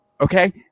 okay